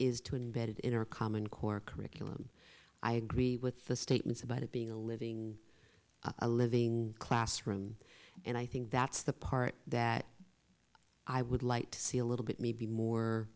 is to embed it in our common core curriculum i agree with the statements about it being a living a living classroom and i think that's the part that i would like to see a little bit maybe more